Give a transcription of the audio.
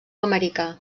americà